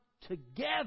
together